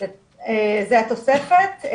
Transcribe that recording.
זה התוספת.